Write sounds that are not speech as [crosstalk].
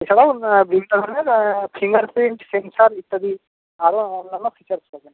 এছাড়াও দুই [unintelligible] finger print sensor ইত্যাদি আরও অনেক ফিচার্স পাবেন